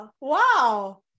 Wow